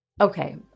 Okay